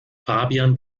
fabian